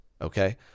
Okay